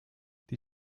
die